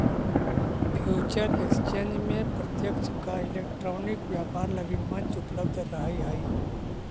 future exchange में प्रत्यक्ष या इलेक्ट्रॉनिक व्यापार लगी मंच उपलब्ध रहऽ हइ